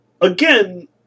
again